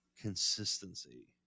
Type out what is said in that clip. consistency